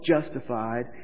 justified